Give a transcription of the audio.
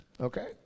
okay